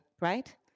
right